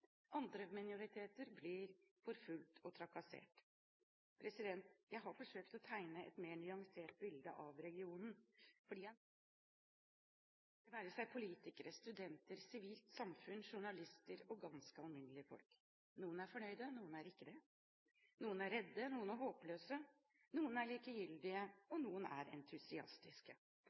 Andre minoriteter blir forfulgt og trakassert. Jeg har forsøkt å tegne et mer nyansert bilde av regionen, fordi jeg har møtt mange, det være seg politikere, studenter, sivilt samfunn, journalister eller ganske alminnelige folk. Noen er fornøyde, noen er ikke det. Noen er redde, og noen er uten håp. Noen er likegyldige, og noen